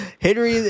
Henry